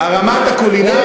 רמת הקולינריה,